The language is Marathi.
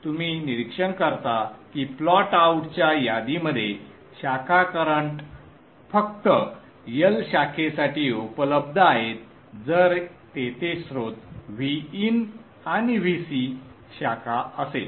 तुम्ही निरीक्षण करता की प्लॉट आउटच्या यादीमध्ये शाखा करंट फक्त L शाखेसाठी उपलब्ध आहेत जर तेथे स्रोत Vin आणि Vc शाखा असेल